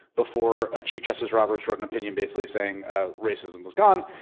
before ah chief justice roberts wrote an opinion basically saying ah racism was gone.